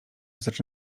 zaczy